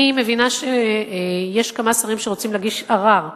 אני מבינה שיש כמה שרים שרוצים להגיש ערר,